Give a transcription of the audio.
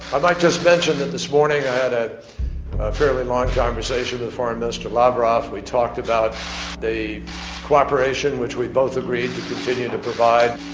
i might just mention that this morning i had a fairly long conversation with foreign minister lavrov. we talked about the cooperation which we both agreed to continue to provide.